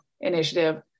Initiative